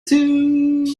too